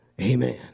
Amen